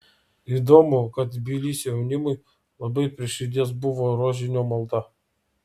įdomu kad tbilisio jaunimui labai prie širdies buvo rožinio malda